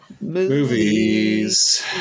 movies